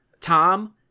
Tom